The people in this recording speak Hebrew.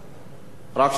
הממשלה לא חייבת לענות.